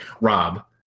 Rob